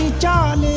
done